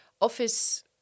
office